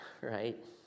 right